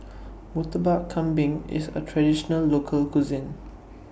Murtabak Kambing IS A Traditional Local Cuisine